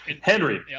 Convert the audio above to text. Henry